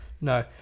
no